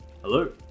Hello